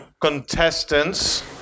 Contestants